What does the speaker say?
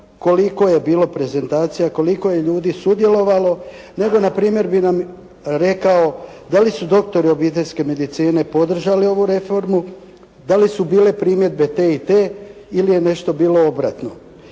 koliko je bilo prezentacija, koliko je ljudi sudjelovalo nego na primjer bi nam rekao da li su doktori obiteljske medicine podržali ovu reformu, da li su bile primjedbe te i te ili je nešto bilo obratno.